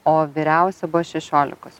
o vyriausia buvo šešiolikos